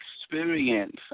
experience